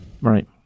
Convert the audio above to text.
Right